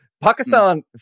Pakistan